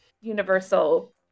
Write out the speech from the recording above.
universal